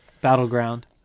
battleground